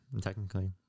technically